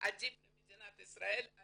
עדיף על עולה אחר למדינת ישראל.